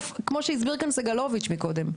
מקרי הרצח בשנה שעברה, כמו שהסביר סגלוביץ׳ בעצם.